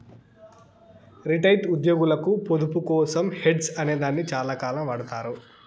retired ఉద్యోగులకు పొదుపు కోసం హెడ్జ్ అనే దాన్ని చాలాకాలం వాడతారు